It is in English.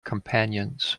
companions